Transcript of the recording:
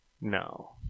no